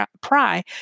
pry